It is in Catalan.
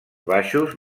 baixos